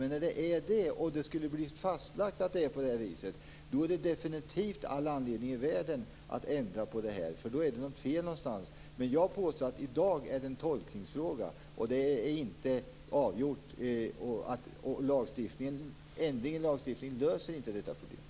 Men om det skulle bli fastlagt att det är så finns det definitivt all anledning i världen att genomföra en förändring, för då är det ett fel någonstans. Jag påstår dock att det i dag är en tolkningsfråga. Det hela är ännu inte avgjort, och en ändring i lagstiftningen löser inte detta problem.